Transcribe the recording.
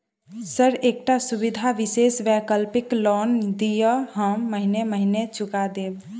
Sir एकटा सुविधा विशेष वैकल्पिक लोन दिऽ हम महीने महीने चुका देब?